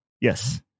Yes